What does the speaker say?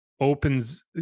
opens